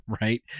right